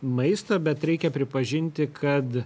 maisto bet reikia pripažinti kad